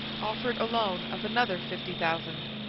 offered a loan of another fifty thousand.